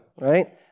Right